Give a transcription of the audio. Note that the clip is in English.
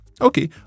Okay